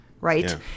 right